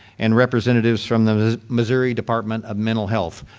and representatives from the missouri department of mental health.